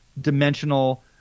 dimensional